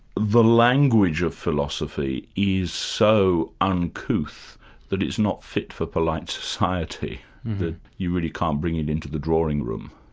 the language of philosophy is so uncouth that it's not fit for polite society that you really can't bring it into the drawing-room.